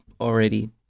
already